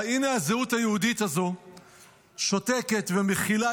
והינה הזהות היהודית הזו שותקת ומכילה